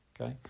okay